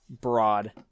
broad